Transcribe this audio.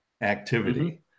activity